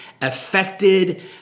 affected